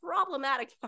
problematic